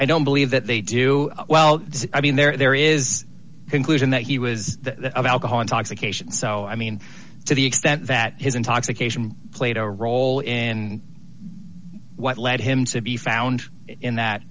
i don't believe that they do well i mean there is a conclusion that he was that of alcohol intoxication so i mean to the extent that his intoxication played a role in what led him to be found in that